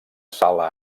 sala